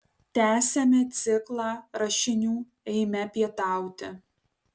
tęsiame ciklą rašinių eime pietauti